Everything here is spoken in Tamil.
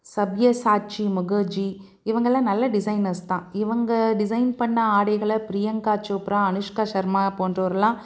சப்கிய சாக்ஷி முகெர்ஜி இவங்கள்லாம் நல்ல டிசைனர்ஸ் தான் இவங்க டிசைன் பண்ண ஆடைகளை பிரியங்கா சோப்ரா அனுஷ்க்கா ஷர்மா போன்றோரலாம்